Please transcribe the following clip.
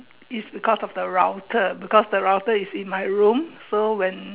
is because of the router because the router is in my room so when